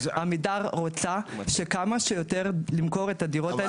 עמידר רוצה שכמה שיותר למכור את הדירות האלה.